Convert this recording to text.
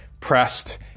pressed